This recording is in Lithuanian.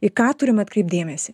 į ką turim atkreipt dėmesį